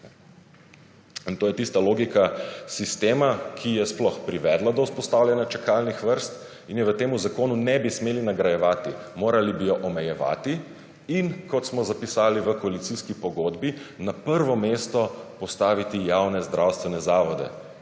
In to je tista logika sistema, ki je sploh privedla do vzpostavljanja čakalnih vrst, in je v temu zakonu ne bi smeli nagrajevati. Morali bi jo omejevati. In, kot smo zapisali v koalicijski pogodbi, na prvo mesto postaviti javne zdravstvene zavode,